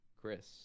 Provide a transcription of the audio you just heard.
Chris